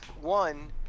One